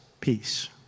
peace